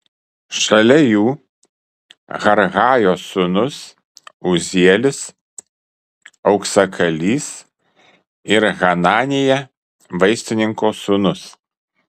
šalia jų harhajos sūnus uzielis auksakalys ir hananija vaistininko sūnus